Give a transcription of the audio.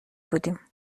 بودیم